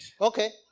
Okay